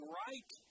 right